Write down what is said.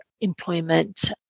employment